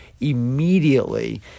Immediately